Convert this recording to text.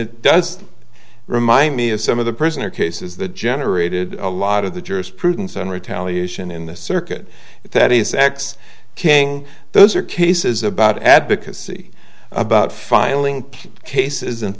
it does remind me of some of the prisoner cases the generated a lot of the jurisprudence and retaliation in the circuit that is ex king those are cases about advocacy about filing cases and